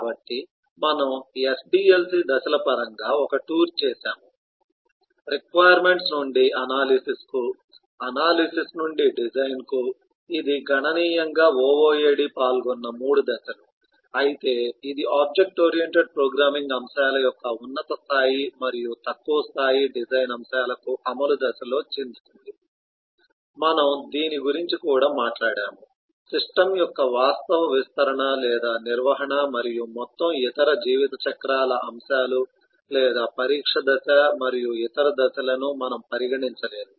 కాబట్టి మనము SDLC దశల పరంగా ఒక టూర్ చేసాము రిక్వైర్మెంట్స్ నుండి అనాలిసిస్ కు అనాలిసిస్ నుండి డిజైన్ కు ఇది గణనీయంగా OOAD పాల్గొన్న 3 దశలు అయితే ఇది ఆబ్జెక్ట్ ఓరియెంటెడ్ ప్రోగ్రామింగ్ అంశాల యొక్క ఉన్నత స్థాయి మరియు తక్కువ స్థాయి డిజైన్ అంశాలకు అమలు దశలో చిందుతుంది మనము దీని గురించి కూడా మాట్లాడాము సిస్టమ్ యొక్క వాస్తవ విస్తరణ లేదా నిర్వహణ మరియు మొత్తం ఇతర జీవితచక్ర అంశాలు లేదా పరీక్ష దశ మరియు ఇతర దశలను మనము పరిగణించలేదు